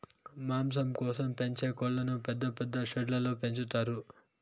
మాంసం కోసం పెంచే కోళ్ళను పెద్ద పెద్ద షెడ్లలో పెంచుతారు